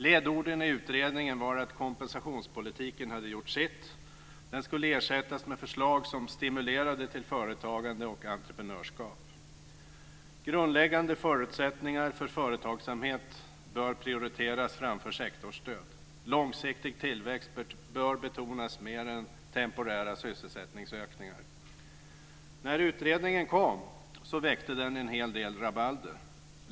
Ledorden i utredningen var att kompensationspolitiken hade gjort sitt. Den skulle ersättas med förslag som stimulerade till företagande och entreprenörskap. Grundläggande förutsättningar för företagsamhet bör prioriteras framför sektorsstöd, långsiktig tillväxt bör betonas mer än temporära sysselsättningsökningar. När utredningen kom väckte den en hel del rabalder.